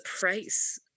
price